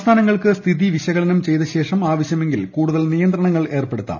സംസ്ഥാനങ്ങൾക്ക് സ്ഥിതി വിശകലനം ചെയ്ത ശേഷം ആവശ്യമെങ്കിൽ കൂടുതൽ നിയന്ത്രണങ്ങൾ ഏർപ്പെടുത്താം